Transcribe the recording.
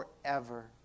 forever